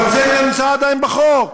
אבל זה נמצא עדיין בחוק.